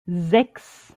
sechs